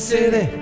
City